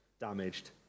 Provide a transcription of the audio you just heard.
damaged